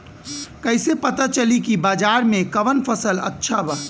कैसे पता चली की बाजार में कवन फसल अच्छा बा?